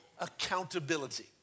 accountability